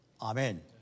Amen